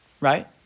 Right